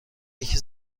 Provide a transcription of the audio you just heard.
یکی